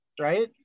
Right